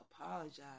apologize